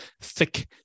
thick